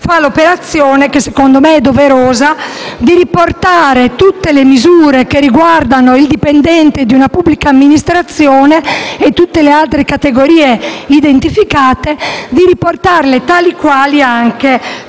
l'operazione - secondo me doverosa - di equiparare tutte le misure che riguardano il dipendente di una pubblica amministrazione e di tutte le altre categorie identificate come tali a quelle